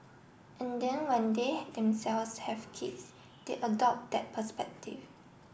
and then when they themselves have kids they adopt that perspective